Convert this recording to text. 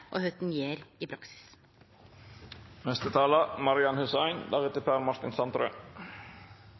og kva ein gjer i